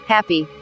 Happy